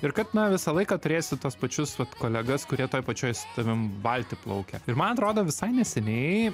ir kad na visą laiką turėsiu tuos pačius vat kolegas kurie toj pačioj su tavim valty plaukia ir man atrodo visai neseniai